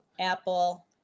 Apple